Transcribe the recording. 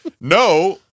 No